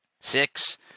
Six